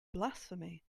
blasphemy